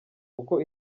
uko